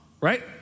right